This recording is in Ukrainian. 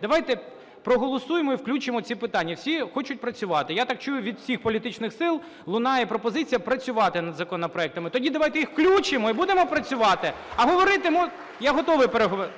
Давайте проголосуємо і включимо ці питання. Всі хочуть працювати. Я так чую, від всіх політичних сил лунає пропозиція працювати над законопроектами. Тоді давайте їх включимо і будемо працювати. А говорити… Я готовий, я вас прошу.